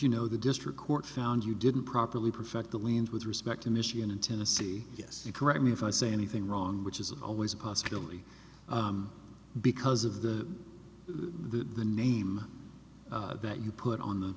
you know the district court found you didn't properly perfect the wind with respect to michigan and tennessee yes you correct me if i say anything wrong which is always a possibility because of the the name that you put on the